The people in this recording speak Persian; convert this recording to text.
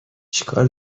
چیکار